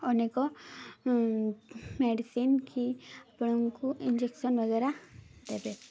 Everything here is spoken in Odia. ଅନେକ ମେଡ଼ିସିନ୍ କି ଆପଣଙ୍କୁ ଇଞ୍ଜେକ୍ସନ୍ ବଗେରା ଦେବେ